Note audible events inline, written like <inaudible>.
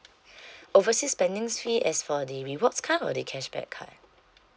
<breath> overseas spendings fee as for the rewards card or the cashback card